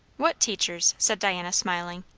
what teachers? said diana, smiling.